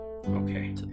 Okay